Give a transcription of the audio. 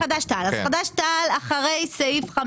ברוויזיה ודאי שלא.